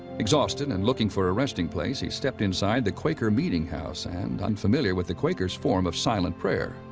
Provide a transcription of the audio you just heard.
exhausted and looking for a resting place, he stepped inside the quaker meeting house, and unfamiliar with the quakers' form of silent prayer,